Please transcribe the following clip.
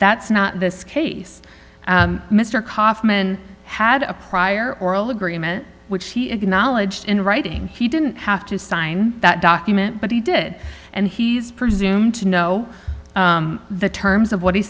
that's not this case mr kaufman had a prior oral agreement which he acknowledged in writing he didn't have to sign that document but he did and he's presumed to know the terms of what he